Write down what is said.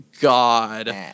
god